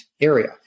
area